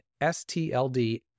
STLD